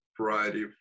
variety